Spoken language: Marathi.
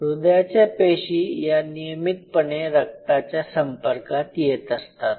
हृदयाच्या पेशी या नियमितपणे रक्ताच्या संपर्कात येत असतात